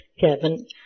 Kevin